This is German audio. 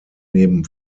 neben